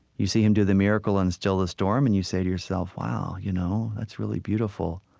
you see him do the miracle and still the storm, and you say to yourself, wow, you know that's really beautiful.